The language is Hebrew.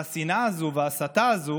והשנאה הזו וההסתה הזו